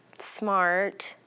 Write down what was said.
Smart